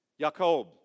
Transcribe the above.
Jacob